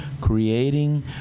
creating